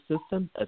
system